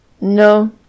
no